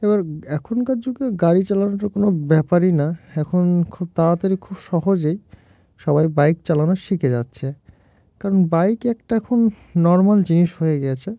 এবার এখনকার যুগে গাড়ি চালানোটা কোনো ব্যাপারই না এখন খুব তাড়াতাড়ি খুব সহজেই সবাই বাইক চালানো শিখে যাচ্ছে কারণ বাইক একটা এখন নর্মাল জিনিস হয়ে গিয়েছে